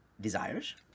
desires